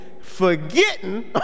Forgetting